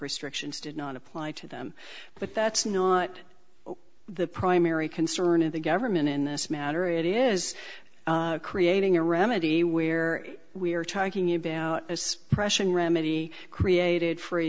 restrictions did not apply to them but that's not the primary concern of the government in this matter it is creating a remedy where we are talking about as pressuring remedy created f